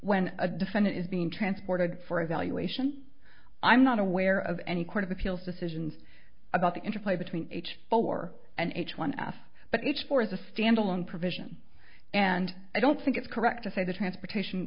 when a defendant is being transported for evaluation i'm not aware of any court of appeals decisions about the interplay between h four and h one f but it's for the standalone provision and i don't think it's correct to say the transportation